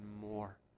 more